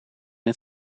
het